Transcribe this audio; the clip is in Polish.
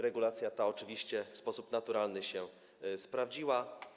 Regulacja ta oczywiście w sposób naturalny się sprawdziła.